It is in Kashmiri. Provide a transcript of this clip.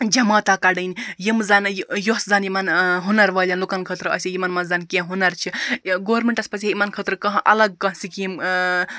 جَماتھاہ کَڈٕنۍ یِم زَن یۅس زَن یِمَن ہُنَر والیٚن لوٗکَن خٲطرٕ آسہِ ہَے یِمَن مَنٛز زَن کیٚنٛہہ ہُنَر چھِ یہِ گورمِنٹَس پَزِہے یِمَن خٲطرٕ کانٛہہ اَلَگ کانٛہہ سِکیٖم